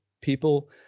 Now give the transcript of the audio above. people